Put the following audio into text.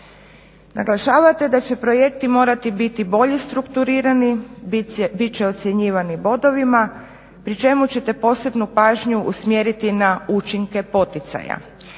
Naglašavate da će projekti morati biti bolje strukturirani, bit će ocjenjivani bodovima pri čemu ćete posebnu pažnju usmjeriti na učinke poticaja.